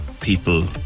people